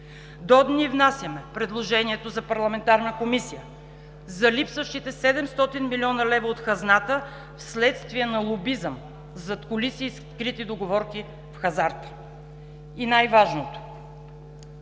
До дни внасяме предложението за парламентарна комисия за липсващите 700 млн. лв. от хазната, вследствие на лобизъм, задкулисие и скрити договорки в хазарта. И най-важното,